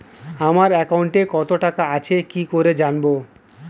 আমার একাউন্টে টাকা কত আছে কি ভাবে জানবো?